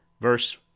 Verse